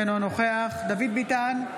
אינו נוכח דוד ביטן,